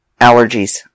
allergies